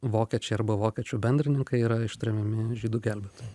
vokiečiai arba vokiečių bendrininkai yra ištremiami žydų gelbėtojai